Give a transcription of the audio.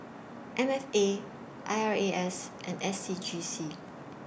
M F A I R A S and S C G C